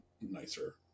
nicer